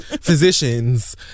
physicians